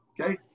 okay